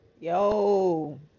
Yo